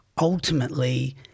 ultimately